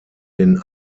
den